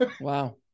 Wow